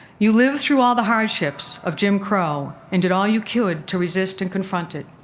you lived through all the hardships of jim crow and did all you could to resist and confront it.